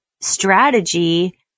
strategy